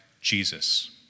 Jesus